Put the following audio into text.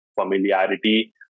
familiarity